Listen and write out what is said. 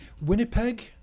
Winnipeg